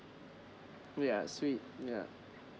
yeah sweet yeah